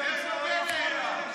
איפה בנט?